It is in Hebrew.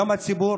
היום הציבור